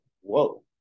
whoa